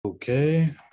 Okay